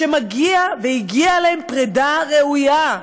שמגיעה והגיעה להם פרידה ראויה,